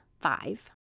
five